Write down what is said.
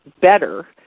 better